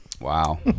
Wow